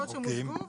יש ארבע הצעות שמוזגו.